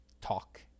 talk